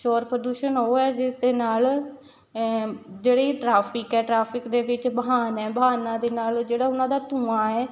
ਸ਼ੌਰ ਪ੍ਰਦੂਸ਼ਣ ਉਹ ਹੈ ਜਿਸ ਦੇ ਨਾਲ ਜਿਹੜੀ ਟਰਾਫਿਕ ਆ ਟਰਾਫਿਕ ਦੇ ਵਿੱਚ ਵਾਹਨ ਹੈ ਵਾਹਨਾਂ ਦੇ ਨਾਲ ਜਿਹੜਾ ਉਹਨਾਂ ਦਾ ਧੂੰਆਂ ਹੈ